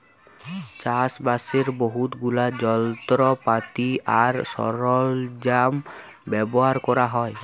চাষবাসের বহুত গুলা যলত্রপাতি আর সরল্জাম ব্যাভার ক্যরা হ্যয়